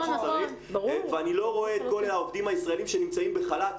אני לא רואה את כל העובדים הישראליים שנמצאים בחל"ת